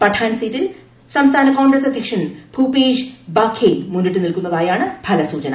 പഠാൻ സീറ്റിൽ സംസ്ഥാന കോൺഗ്രസ് അദ്ധ്യക്ഷൻ ഭൂപേഷ് ബാഖേൽ മുന്നിട്ട് നിൽക്കുന്നതായാണ് ഫലസൂചന